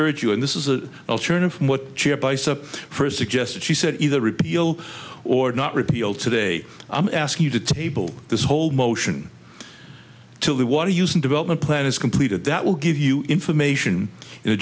urge you and this is a turn of what chip ice up first suggested she said either repeal or not repeal today i'm asking you to table this whole motion till the water used in development plan is completed that will give you information in a